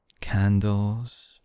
candles